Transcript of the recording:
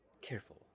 careful